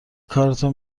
کارتو